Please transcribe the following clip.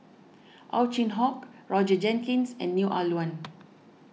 Ow Chin Hock Roger Jenkins and Neo Ah Luan